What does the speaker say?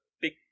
big